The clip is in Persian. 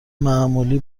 معمولی